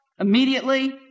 immediately